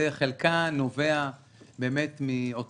וחלקה נובע מאותן